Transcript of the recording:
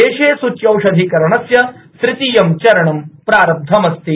देशे सूच्यौषधीकरणस्य तृतीयं चरणं प्रारब्धम् अस्ति